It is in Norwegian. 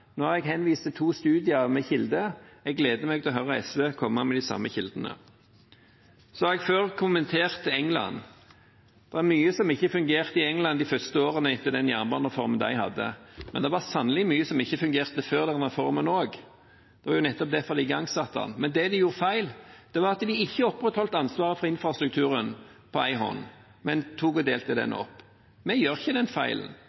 Nå har jeg henvist til to studier med kilde. Jeg gleder meg til å høre SV komme med de samme kildene. Jeg har før kommentert England. Det var mye som ikke fungerte i England de første årene etter den jernbanereformen de hadde, men det var sannelig mye som ikke fungerte før reformen også. Det var nettopp derfor de igangsatte den. Men det de gjorde feil, var at de ikke opprettholdt ansvaret for infrastrukturen på én hånd, men tok og delte den opp. Vi gjør ikke den feilen.